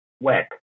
wet